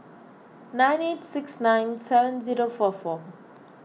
nine eight six nine seven zero four four